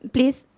Please